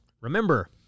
Remember